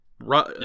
right